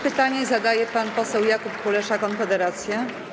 Pytanie zadaje pan poseł Jakub Kulesza, Konfederacja.